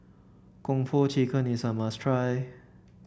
Kung Po Chicken is a must try